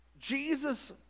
Jesus